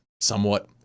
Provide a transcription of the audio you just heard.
somewhat